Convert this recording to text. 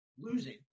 losing